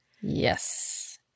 Yes